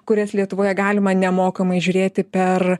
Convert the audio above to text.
kurias lietuvoje galima nemokamai žiūrėti per